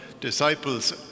disciples